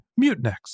Mutinex